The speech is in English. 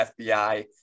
FBI